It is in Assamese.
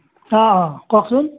অঁ অঁ কওকচোন